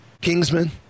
Kingsman